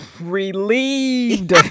Relieved